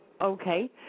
Okay